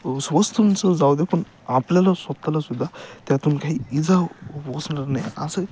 वस्तूंचं जाऊ दे पण आपल्याला स्वतःला सुद्धा त्यातून काही इजा पोचणार नाही असं